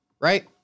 Right